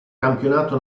campionato